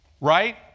right